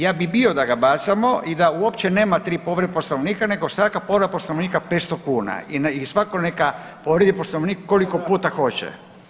Ja bih bio da ga bacamo i da uopće nema tri povrede Poslovnika, nego svaka povreda Poslovnika 500 kuna i svatko neka povrijedi Poslovnik koliko puta hoće.